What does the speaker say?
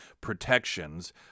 protections